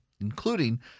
including